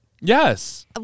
Yes